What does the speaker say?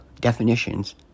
definitions